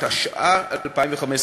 התשע"ה 2015,